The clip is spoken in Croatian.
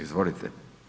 Izvolite.